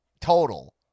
Total